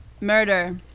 Murder